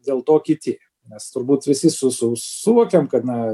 dėl to kiti mes turbūt visi su su suvokiam kad na